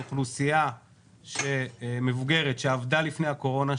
זאת אוכלוסייה מבוגרת שעבדה לפני הקורונה,